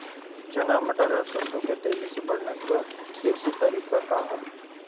चना मटर और सरसों के तेजी से बढ़ने क देशी तरीका का ह?